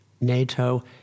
NATO